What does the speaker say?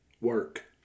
work